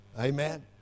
Amen